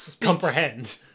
comprehend